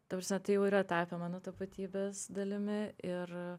ta prasme tai jau yra tapę mano tapatybės dalimi ir